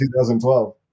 2012